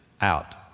out